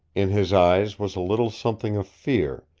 in his eyes was a little something of fear,